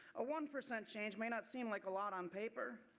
a one percent change may not seem like a lot on paper.